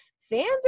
fans